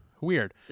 weird